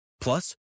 Plus